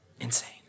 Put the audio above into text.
insane